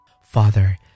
Father